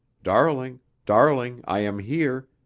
darling, darling, i am here,